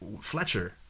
Fletcher